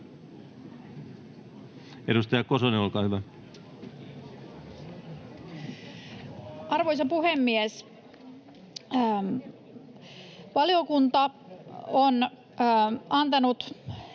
edustaja Kosonen, olkaa hyvä. Arvoisa puhemies! Valiokunta on antanut...